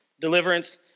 deliverance